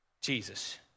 Jesus